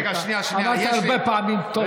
רגע, שנייה, שנייה, אמרת הרבה פעמים "טוב".